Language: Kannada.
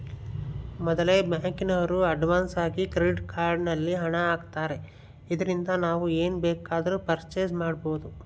ಮೊದಲೆ ಬ್ಯಾಂಕಿನೋರು ಅಡ್ವಾನ್ಸಾಗಿ ಕ್ರೆಡಿಟ್ ಕಾರ್ಡ್ ನಲ್ಲಿ ಹಣ ಆಗ್ತಾರೆ ಇದರಿಂದ ನಾವು ಏನ್ ಬೇಕಾದರೂ ಪರ್ಚೇಸ್ ಮಾಡ್ಬಬೊದು